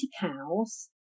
cows